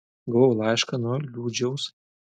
gavau laišką nuo liūdžiaus